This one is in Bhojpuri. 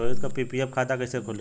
पी.पी.एफ खाता कैसे खुली?